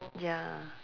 ya